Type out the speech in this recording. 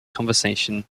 conversation